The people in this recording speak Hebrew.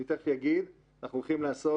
אנחנו לעשות